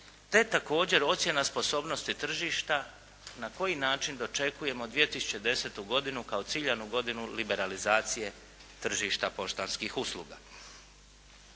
te također ocjena sposobnosti tržišta na koji način dočekujemo 2010. godinu kao ciljanu godinu liberalizacije tržišta poštanskih usluga.